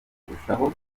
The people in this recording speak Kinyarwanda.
kurushaho